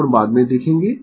कोण बाद में देखेंगें